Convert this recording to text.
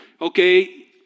Okay